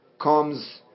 comes